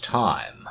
time